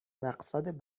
مقصد